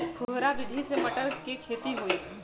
फुहरा विधि से मटर के खेती होई